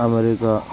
America